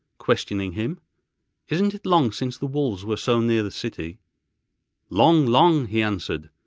questioning him isn't it long since the wolves were so near the city long, long he answered,